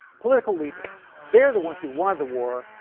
political leaders they are the ones who wanted the war,